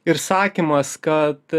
ir sakymas kad